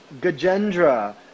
Gajendra